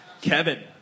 Kevin